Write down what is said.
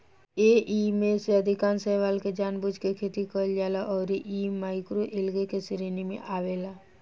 एईमे से अधिकांश शैवाल के जानबूझ के खेती कईल जाला अउरी इ माइक्रोएल्गे के श्रेणी में आवेला